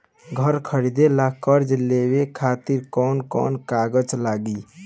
घर खरीदे ला कर्जा लेवे खातिर कौन कौन कागज लागी?